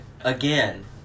Again